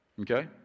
Okay